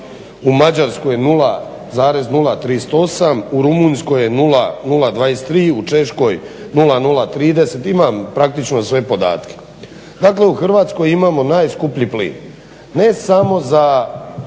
u Mađarskoj 0,038, u Rumunjskoj je 0,23, u Češkoj 0,030 imam praktično sve podatke. Dakle, u Hrvatskoj imamo najskuplji plin. Ne samo za